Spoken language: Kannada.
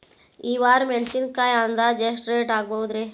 ಈ ವಾರ ಮೆಣಸಿನಕಾಯಿ ಅಂದಾಜ್ ಎಷ್ಟ ರೇಟ್ ಆಗಬಹುದ್ರೇ?